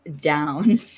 down